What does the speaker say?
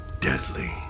deadly